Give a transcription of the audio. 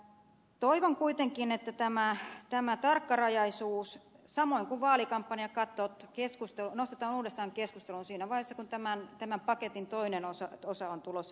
toivon kuitenkin että tämä tarkkarajaisuus samoin kuin vaalikampanjakatot nostetaan uudestaan keskusteluun siinä vaiheessa kun tämän paketin toinen osa on tulossa tänne